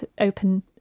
open